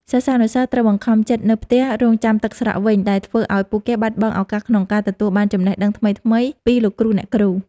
សិស្សានុសិស្សត្រូវបង្ខំចិត្តនៅផ្ទះរង់ចាំទឹកស្រកវិញ ដែលធ្វើឱ្យពួកគេបាត់បង់ឱកាសក្នុងការទទួលបានចំណេះដឹងថ្មីៗពីលោកគ្រូអ្នកគ្រូ។